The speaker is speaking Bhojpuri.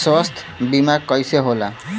स्वास्थ्य बीमा कईसे होला?